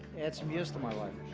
add some years to my life.